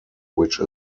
which